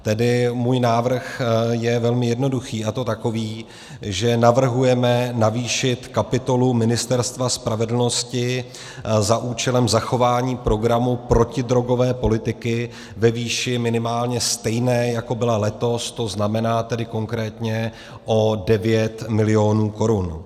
Tedy můj návrh je velmi jednoduchý, a to takový, že navrhujeme navýšit kapitolu Ministerstva spravedlnosti za účelem zachování programu protidrogové politiky ve výši minimálně stejné, jako byla letos, to znamená tedy konkrétně o 9 mil. korun.